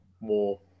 more